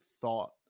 thought